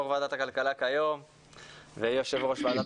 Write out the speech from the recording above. יו"ר ועדת הכלכלה כיום ויו"ר ועדת